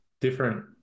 different